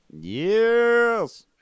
Yes